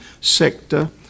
sector